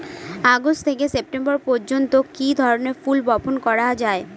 August থেকে September পর্যন্ত কি ধরনের ফুল বপন করা যায়?